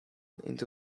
into